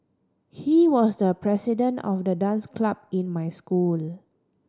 he was the president of the dance club in my school